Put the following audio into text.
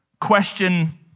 question